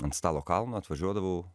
ant stalo kalno atvažiuodavau